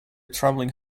travelling